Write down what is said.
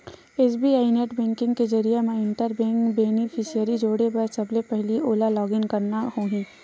SBI net banking के जरिए म इंटर बेंक बेनिफिसियरी जोड़े बर सबले पहिली ओला लॉगिन करना होही